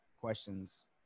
questions